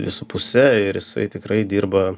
dvi su puse ir jisai tikrai dirba